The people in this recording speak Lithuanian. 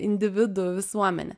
individų visuomenė